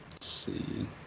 see